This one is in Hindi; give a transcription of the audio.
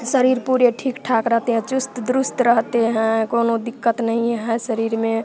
शरीर पूरे ठीक ठाक रहती है चुस्त दुरुस्त रहते हैं कौनो दिक्कत नहीं है शरीर में